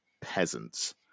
peasants